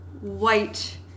white